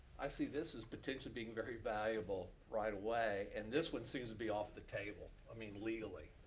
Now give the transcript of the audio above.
i see this as potentially being very valuable right away. and this one seems to be off the table, i mean legally,